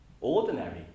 ordinary